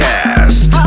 Cast